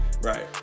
right